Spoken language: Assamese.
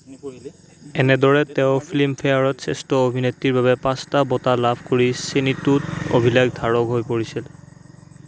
এনেদৰে তেওঁ ফিল্মফেয়াৰত শ্ৰেষ্ঠ অভিনেত্ৰীৰ বাবে পাঁচটা বঁটা লাভ কৰি শ্ৰেণীটোত অভিলেখ ধাৰক হৈ পৰিছিল